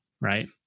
right